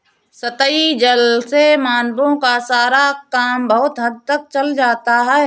सतही जल से मानवों का सारा काम बहुत हद तक चल जाता है